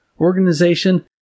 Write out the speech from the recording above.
organization